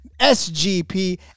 SGP